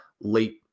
late